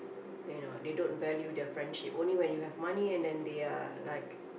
you know they don't value the friendship only when you have money and then they are like